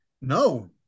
No